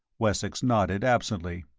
wessex nodded absently.